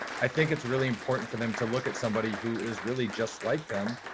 i think it's really important for them to look at somebody who is really just like them.